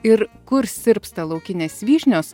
ir kur sirpsta laukinės vyšnios